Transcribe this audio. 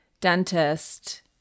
dentist